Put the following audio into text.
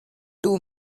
two